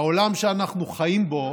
העולם שאנחנו חיים בו